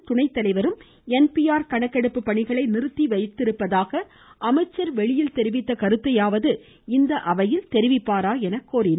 R துணைதலைவரும் கணக்கெடுப்பு பணிகளை நிறுத்தவைத்திருப்பதாக அமைச்சர் வெளியில் தெரிவித்த கருத்தையாவது இந்த அவையில் தெரிவிப்பாரா என கேட்டனர்